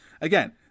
again